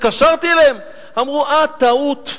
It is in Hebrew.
התקשרתי אליהם, אמרו: אה, טעות.